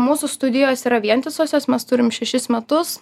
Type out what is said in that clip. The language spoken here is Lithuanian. mūsų studijos yra vientisosios mes turim šešis metus